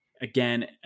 again